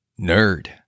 nerd